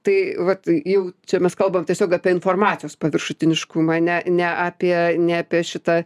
tai vat jau čia mes kalbam tiesiog apie informacijos paviršutiniškumą ne ne apie ne apie šitą